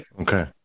Okay